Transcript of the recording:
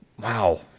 wow